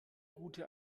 gute